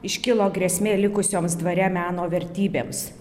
iškilo grėsmė likusioms dvare meno vertybėms